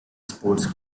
sports